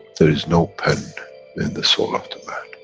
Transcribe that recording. their is no pen in the soul of the man.